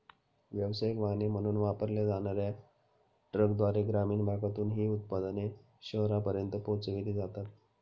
व्यावसायिक वाहने म्हणून वापरल्या जाणार्या ट्रकद्वारे ग्रामीण भागातून ही उत्पादने शहरांपर्यंत पोहोचविली जातात